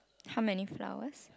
how many flowers